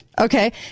Okay